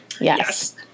Yes